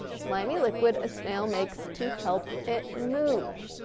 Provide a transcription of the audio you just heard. slimy liquid a snail makes to help it move.